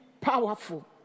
powerful